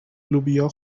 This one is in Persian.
لوبیا